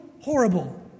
horrible